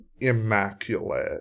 immaculate